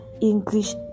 English